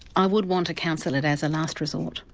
i would want to counsel it as a last resort.